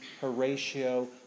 Horatio